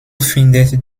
findet